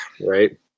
Right